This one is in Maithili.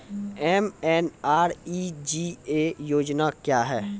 एम.एन.आर.ई.जी.ए योजना क्या हैं?